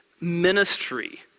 ministry